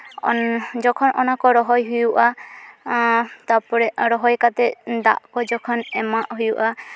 ᱡᱚᱠᱷᱚᱱ ᱚᱱᱟᱠᱚ ᱨᱚᱦᱚᱭ ᱦᱩᱭᱩᱜᱼᱟ ᱛᱟᱨᱯᱚᱨᱮ ᱨᱚᱦᱚᱭ ᱠᱟᱛᱮ ᱫᱟᱜ ᱠᱚ ᱡᱚᱠᱷᱚᱱ ᱮᱢᱟᱜ ᱦᱩᱭᱩᱜᱼᱟ